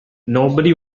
nobody